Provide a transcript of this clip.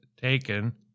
Taken